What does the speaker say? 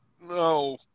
no